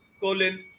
Colin